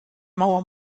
mauer